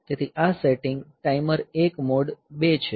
તેથી આ setting timer 1 mode 2 છે